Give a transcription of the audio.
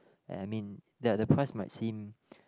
and I mean ya their price might seem